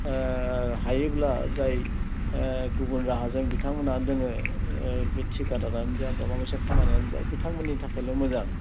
हायोब्ला जाय गुबुन राहाजों बिथांमोना दङ बे थिकादारानो जा माबा मोनसे खामानियानो जा बिथांमोननि थाखायल' मोजां